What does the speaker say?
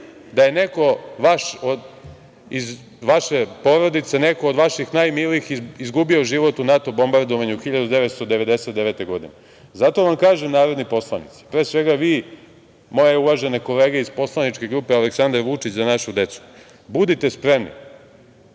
da je neko iz vaše porodice, neko od vaših najmilijih izgubio život u NATO bombardovanju 1999. godine. Zato vam kažem, narodni poslanici, pre svega vi moje uvažene kolege iz Poslaničke grupe Aleksandar Vučić – Za našu decu, budite spremni